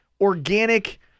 organic